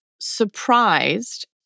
surprised